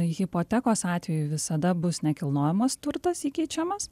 hipotekos atveju visada bus nekilnojamas turtas įkeičiamas